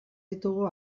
ditugu